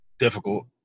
difficult